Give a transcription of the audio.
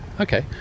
Okay